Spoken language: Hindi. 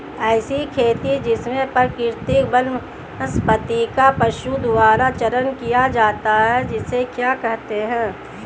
ऐसी खेती जिसमें प्राकृतिक वनस्पति का पशुओं द्वारा चारण किया जाता है उसे क्या कहते हैं?